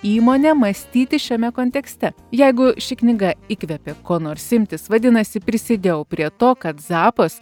įmonę mąstyti šiame kontekste jeigu ši knyga įkvėpė ko nors imtis vadinasi prisidėjau prie to kad zappos